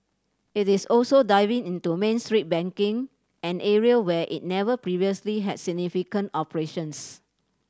it is also diving into Main Street banking an area where it never previously had significant operations